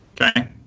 Okay